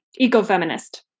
ecofeminist